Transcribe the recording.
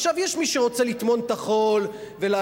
עכשיו, יש מי שרוצה לטמון את הראש בחול ולהגיד,